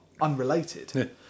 unrelated